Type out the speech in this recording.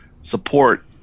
support